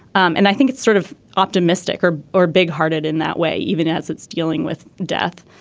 and i think it's sort of optimistic or or big hearted in that way even as it's dealing with death.